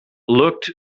looked